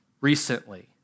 recently